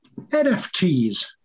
NFTs